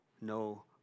no